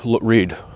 read